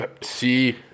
see